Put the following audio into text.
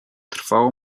trwało